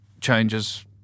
changes